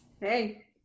Hey